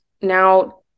now